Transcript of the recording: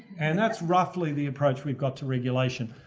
and that's roughly the approach we've got to regulation.